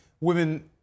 women